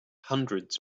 hundreds